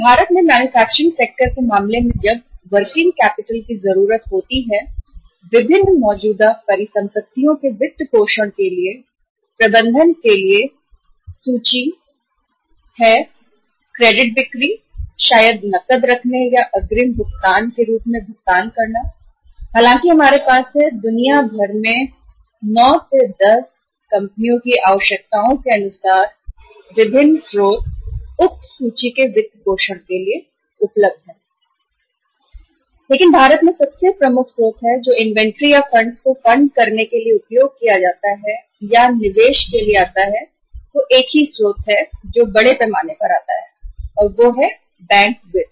भारत में उत्पादन क्षेत्र के मामले में कार्यशील पूंजी की आवश्यकता है यह आवश्यकता विभिन्न चालू संपत्तियों के वित्तपोषण या फंडिंग के लिए है चाहे वह इन्वेंटरी हो चाहे उधार बिक्री हो चाहे नकद रखना हो या अग्रिम भुगतान हो हालांकि फंडिंग के लिए या कंपनियों की इन्वेंटरी आवश्यकता के लिए हमारे पास दुनिया भर में 9 10 स्रोत उपलब्ध है लेकिन भारत में सबसे प्रमुख स्रोत है जो इन्वेंट्री या फंड्स को फंड करने के लिए उपयोग किया जाता है इन्वेंट्री में इन्वेंट्री निवेश जो वे एक ही स्रोत से या बड़े पैमाने पर आते हैं एक एकल स्रोत से जो बैंक वित्त है